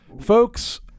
Folks